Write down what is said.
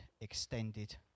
extended